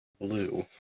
Blue